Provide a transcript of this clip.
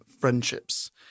friendships